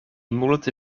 multe